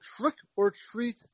trick-or-treat